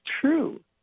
true